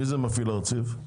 מי זה מפעיל הרציף?